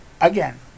Again